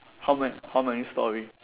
how ma~ how many storey